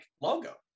logo